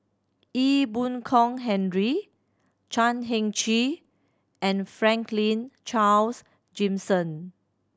Ee Boon Kong Henry Chan Heng Chee and Franklin Charles Gimson